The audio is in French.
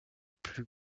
plus